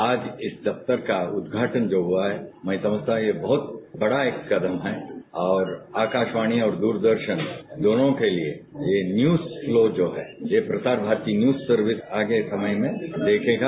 आज इस दफ्तर का उदघाटन जो हुआ है मैं समझता हूं एक बहत बड़ा ये कदम है और आकाशवाणी और द्ररदर्शन दोनों के लिए ये न्यूज फ्लो जो है ये प्रसार भारती न्यूज सर्विस आगे समय में देखेगा